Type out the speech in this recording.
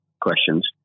questions